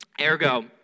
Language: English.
ergo